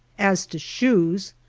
as to shoes,